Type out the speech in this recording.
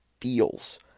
feels